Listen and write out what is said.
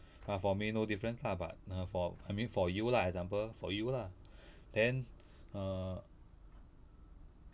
ah for me no difference lah but uh for I mean for you lah example for you lah then err